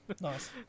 Nice